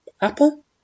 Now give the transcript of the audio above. apple